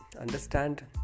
understand